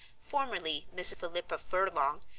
formerly miss philippa furlong,